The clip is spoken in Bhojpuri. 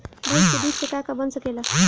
भइस के दूध से का का बन सकेला?